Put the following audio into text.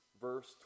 Verse